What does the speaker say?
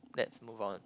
let's move on